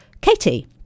Katie